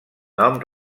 nom